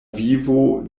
vivo